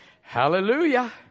Hallelujah